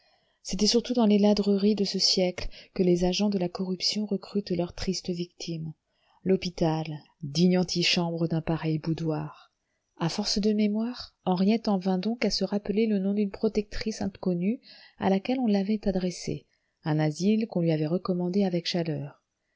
c'est surtout dans les ladreries de ce siècle que les agents de la corruption recrutent leurs tristes victimes l'hôpital digne antichambre d'un pareil boudoir à force de mémoire henriette en vint donc à se rappeler le nom d'une protectrice inconnue à laquelle on l'avait adressée un asile qu'on lui avait recommandé avec chaleur